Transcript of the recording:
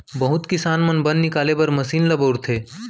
बहुत किसान मन बन निकाले बर मसीन ल बउरथे